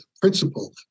principle